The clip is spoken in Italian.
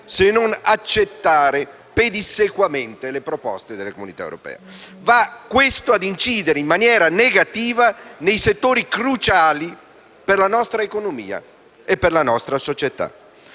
se non accettare pedissequamente le proposte dell'Unione europea. Questo va a incidere in maniera negativa nei settori cruciali della nostra economia e della nostra società.